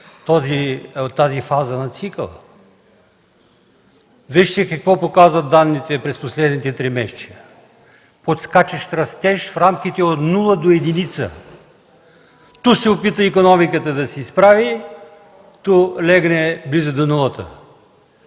тази фаза на цикъла. Вижте какво показват данните през последните тримесечия – подскачащ растеж в рамките от нула до единица. Ту се опитва икономиката да се изправи, ту легне близо до